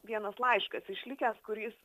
vienas laiškas išlikęs kuris